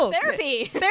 Therapy